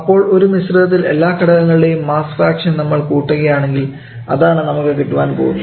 അപ്പോൾ ഒരുമിശ്രിതത്തിൽ എല്ലാ ഘടകങ്ങളുടെയും മാസ്സ് ഫ്രാക്ഷൻ നമ്മൾ കൂട്ടുകയാണെങ്കിൽ അതാണ് നമുക്ക് കിട്ടാൻ പോകുന്നത്